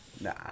Nah